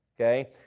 okay